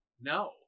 no